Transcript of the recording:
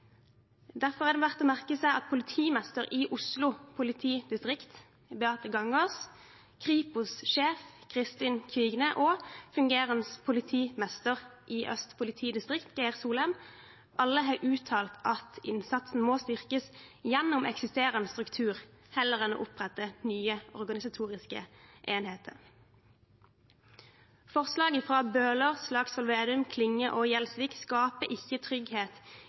at politimesteren i Oslo politidistrikt, Beate Gangås, Kripos-sjef Kristin Kvigne og fungerende politimester i Øst politidistrikt, Per Solem, har uttalt at innsatsen må styrkes gjennom eksisterende struktur, heller enn gjennom å opprette nye organisatoriske enheter. Forslaget fra representantene Bøhler, Slagsvold Vedum, Klinge og Gjelsvik skaper ikke trygghet